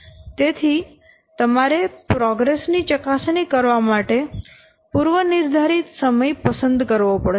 તેથી તમારે પ્રોગ્રેસ ની ચકાસણી કરવા માટે પૂર્વનિર્ધારિત સમય પસંદ કરવો પડશે